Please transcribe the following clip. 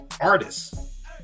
artists